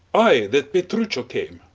ay, that petruchio came.